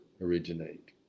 originate